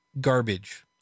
garbage